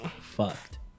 fucked